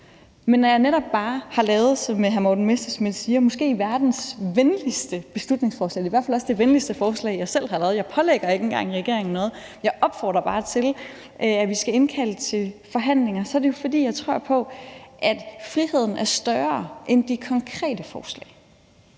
Men når jeg netop bare har lavet, som hr. Morten Messerschmidt siger, måske verdens venligste beslutningsforslag – det er i hvert fald også det venligste forslag, jeg selv har lavet, og jeg pålægger ikke engang regeringen noget, jeg opfordrer bare til, at der skal indkaldes til forhandlinger – så er det jo, fordi jeg tror på, at friheden er større end de konkrete forslag.